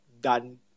done